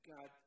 God